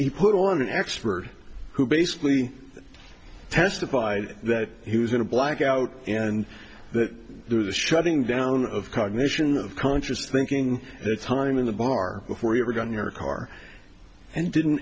put on an expert who basically testified that he was in a blackout and that there was a shutting down of cognition of conscious thinking that time in the bar before he ever got in your car and didn't